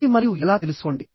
శక్తి మరియు ఎలా తెలుసుకోండి